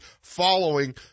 following